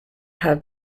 have